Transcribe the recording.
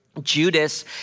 Judas